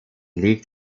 liegt